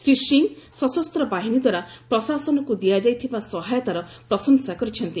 ଶ୍ରୀ ସିଂହ ସଶସ୍ତ ବାହିନୀ ଦ୍ୱାରା ପ୍ରଶାସନକୁ ଦିଆଯାଇଥିବା ସହାୟତାର ପ୍ରଶଂସା କରିଛନ୍ତି